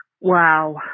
Wow